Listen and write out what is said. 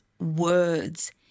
words